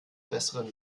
besseren